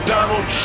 Donald